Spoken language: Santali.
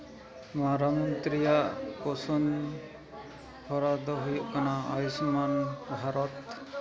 ᱢᱟᱨᱟᱝ ᱢᱚᱱᱛᱨᱤᱭᱟᱜ ᱯᱳᱥᱚᱱ ᱦᱚᱨᱟ ᱫᱚ ᱦᱩᱭᱩᱜ ᱠᱟᱱᱟ ᱟᱭᱩᱥᱢᱟᱱ ᱵᱷᱟᱨᱚᱛ